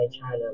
China